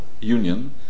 union